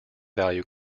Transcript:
value